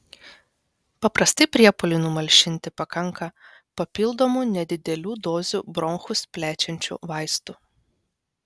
paprastai priepuoliui numalšinti pakanka papildomų nedidelių dozių bronchus plečiančių vaistų